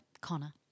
Connor